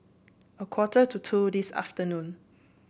a quarter to two this afternoon